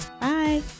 Bye